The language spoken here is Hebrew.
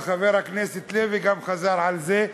וגם חבר הכנסת לוי גם חזר על זה,